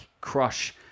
crush